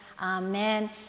Amen